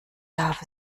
darf